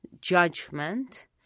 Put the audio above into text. judgment